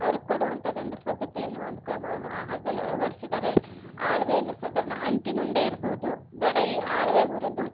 ಅವರಿಗೆ ಕೊಡುವಂಥದ್ದೊಂದು ಪದ್ಧತಿಯನ್ನು ಒಂದು ಕ್ರಮವನ್ನು ಆಹಾರದಲ್ಲಿ ಅಳವಡಿಸಿದ್ದಾರೆ ಅಳವಿಯನ್ನು ಸಾಧಾರಣ ಅಂಟಿನ ಉಂಡೆ ಇರಬಹುದು ಬೇಡ ಈ ಅಳವೆ ಹುರಿದು